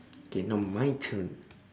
K now my turn